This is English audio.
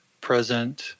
present